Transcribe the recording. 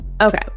Okay